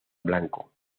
blanco